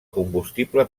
combustible